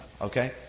okay